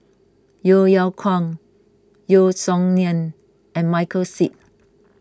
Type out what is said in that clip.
Yeo Yeow Kwang Yeo Song Nian and Michael Seet